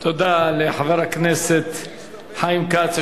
תודה לחבר הכנסת חיים כץ,